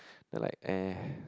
then like eh